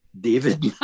David